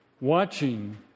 watching